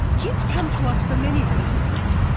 kids come to us for many reasons,